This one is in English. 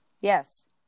yes